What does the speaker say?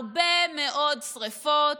הרבה מאוד שרפות